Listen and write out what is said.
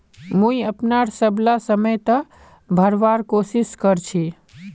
मुई अपनार सबला समय त भरवार कोशिश कर छि